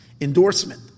endorsement